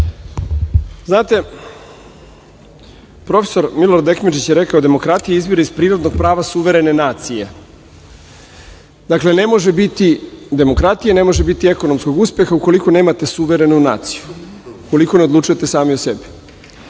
profesor Milorad Ekmedžić je rekao – demokratija izvire iz prirodnog prava suverene nacije. Dakle, ne može biti demokratije, ne može biti ekonomskog uspeha ukoliko nemate suverenu naciju, ukoliko ne odlučujete sami o sebi.